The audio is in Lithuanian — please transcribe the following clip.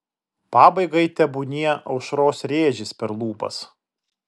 pabaigai tebūnie aušros rėžis per lūpas